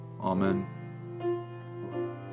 Amen